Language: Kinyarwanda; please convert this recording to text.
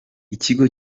ikigo